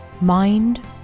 mind